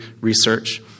research